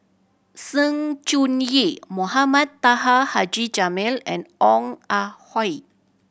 Sng Choon Yee Mohamed Taha Haji Jamil and Ong Ah Hoi